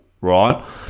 right